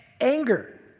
Anger